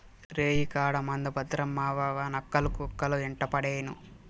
రేయికాడ మంద భద్రం మావావా, నక్కలు, కుక్కలు యెంటపడేను